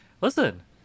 Listen